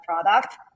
product